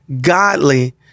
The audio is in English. godly